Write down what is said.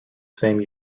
same